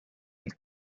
nel